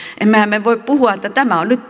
puhua että tämä on nyt